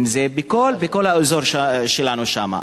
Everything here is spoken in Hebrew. אם בכל האזור שלנו שם.